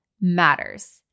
matters